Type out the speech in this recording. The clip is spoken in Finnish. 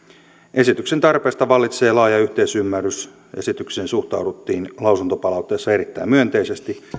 esityksen tarpeesta vallitsee laaja yhteisymmärrys esitykseen suhtauduttiin lausuntopalautteessa erittäin myönteisesti